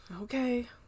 okay